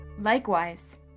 Likewise